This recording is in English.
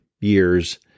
years